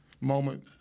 moment